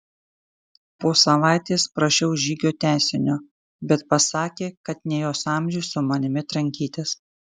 po savaitės prašiau žygio tęsinio bet pasakė kad ne jos amžiui su manimi trankytis